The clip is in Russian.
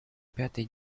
пятый